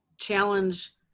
challenge